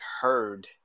heard